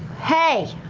hey.